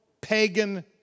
pagan